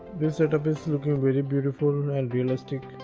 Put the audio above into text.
this setup is looking very beautiful and realistic